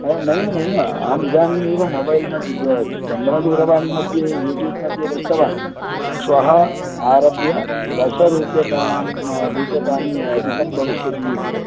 हे नैव नैव अहम् इदानीमेव मोबैल् मध्ये जङ्गमदूरवाणि मध्ये यूटूब् मध्ये दृष्टवान् श्वः आरभ्य दशरूप्यकाणां रूप्यकाणि अधिकं भविष्यति इति